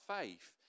faith